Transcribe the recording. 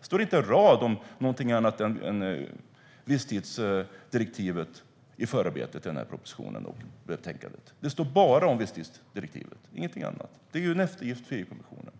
Det står inte en rad om någonting annat än visstidsdirektivet i förarbetet till propositionen och betänkandet. Det står bara om visstidsdirektivet och ingenting annat. Det är en eftergift för EU-kommissionen.